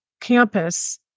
campus